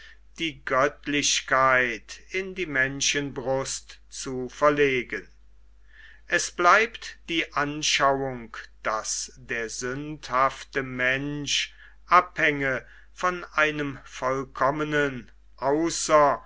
die göttlichkeit in die menschenbrust zu verlegen es bleibt die anschauung daß der sündhafte mensch abhänge von einem vollkommenen